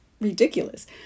ridiculous